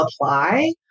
apply